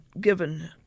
given